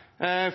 er